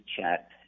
chat